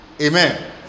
Amen